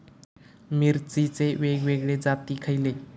मिरचीचे वेगवेगळे जाती खयले?